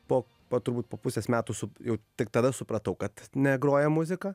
po po turbūt po pusės metų su jau tik tada supratau kad negroja muzika